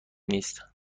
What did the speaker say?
نیست